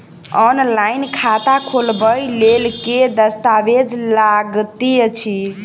Online खाता खोलबय लेल केँ दस्तावेज लागति अछि?